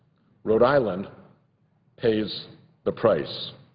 rhode island pays the price.